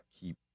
keep